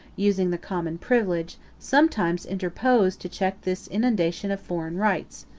using the common privilege, sometimes interposed, to check this inundation of foreign rites.